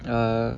err